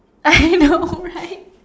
I know right